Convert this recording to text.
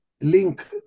link